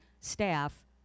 staff